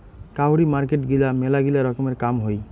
কাউরি মার্কেট গিলা মেলাগিলা রকমের কাম হই